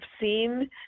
seen